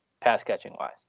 pass-catching-wise